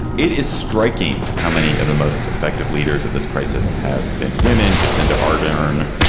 it is striking how many of the most effective leaders of this crisis have been women jacinda ardern.